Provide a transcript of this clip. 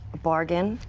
bargain.